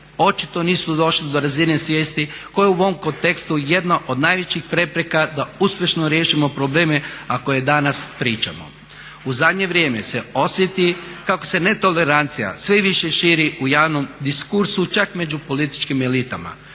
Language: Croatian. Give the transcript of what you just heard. očito nisu došli do razine svijesti koja je u ovom kontekstu jedna od najvećih prepreka da uspješno riješimo probleme, a koje danas pričamo. U zadnje vrijeme se osjeti kako se netolerancija sve više širi u javnom diskursu, čak među političkim elitama,